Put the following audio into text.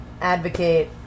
advocate